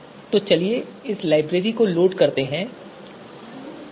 तो चलिए इस लाइब्रेरी को लोड करते हैं pse